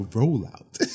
rollout